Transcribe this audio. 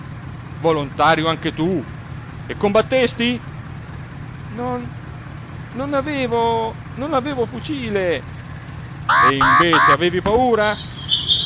volontario anche tu e combattesti non non avevo non avevo fucile e avevi invece paura